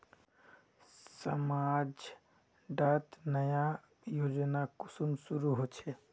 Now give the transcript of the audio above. समाज डात नया योजना कुंसम शुरू होछै?